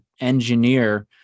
engineer